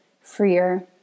freer